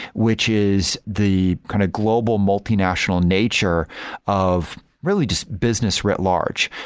which is the kind of global multinational nature of really just business writ large,